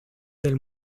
del